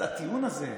אז הטיעון הזה,